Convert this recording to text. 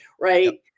right